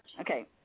Okay